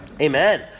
Amen